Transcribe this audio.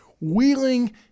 Wheeling